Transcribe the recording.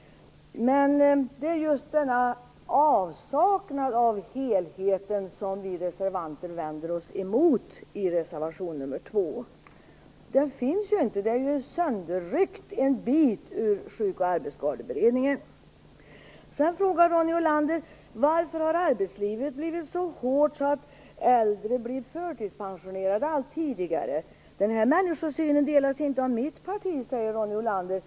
Det är just denna avsaknad av helhet som vi reservanter vänder oss emot i reservation nr 2. Den finns inte. Det har ryckts en bit ur Sjuk och arbetsskadeberedningen. Sedan frågar Ronny Olander varför arbetslivet har blivit så hårt att äldre blir förtidspensionerade allt tidigare. Denna människosyn delas inte av mitt parti, säger Ronny Olander.